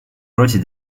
rootsi